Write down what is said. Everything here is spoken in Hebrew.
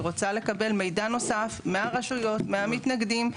רוצה לקבל מידע נוסף מהרשויות מהמתנגדים.